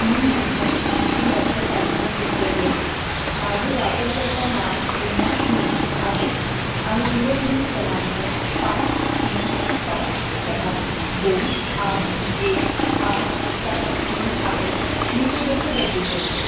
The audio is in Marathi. मी माझा डिजिलॉकर पासवर्ड विसरलो माझे वापरकर्ता नाव एम्मा स्मित आहे आणि दूरध्वनी क्रमांक पाच तीन सात सहा दोन आठ एक आठ सहा तीन आहे मी ते कसे बदलू शकतो